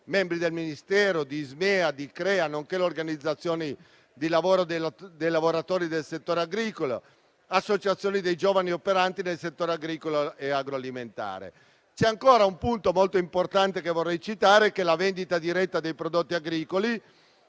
membri del Ministero, di Ismea, di Iccrea, nonché le organizzazioni dei lavoratori del settore agricolo e le associazioni dei giovani operanti nel settore agricolo e agroalimentare. C'è ancora un punto molto importante che vorrei citare, ossia la vendita diretta dei prodotti agricoli,